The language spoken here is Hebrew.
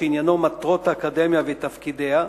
שעניינו מטרות האקדמיה ותפקידיה,